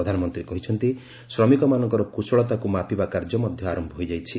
ପ୍ରଧାନମନ୍ତ୍ରୀ କହିଛନ୍ତି ଶ୍ରମିକମାନଙ୍କର କୁଶଳତାକୁ ମାପିବା କାର୍ଯ୍ୟ ମଧ୍ୟ ଆରମ୍ଭ ହୋଇଯାଇଛି